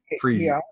free